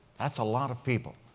that's a lot of people.